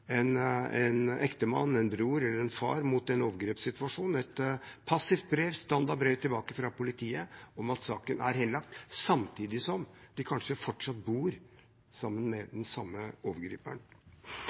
en ektemann, en bror eller en far for en overgrepssituasjon, et passivt standardbrev fra politiet om at saken er henlagt, samtidig som anmelderen kanskje fortsatt bor sammen med